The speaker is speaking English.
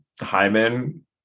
Hyman